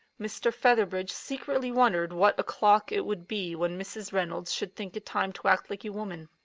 mr. featherbridge secretly wondered what o'clock it would be when mrs. reynolds should think it time to act like a woman.